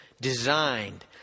designed